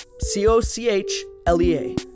C-O-C-H-L-E-A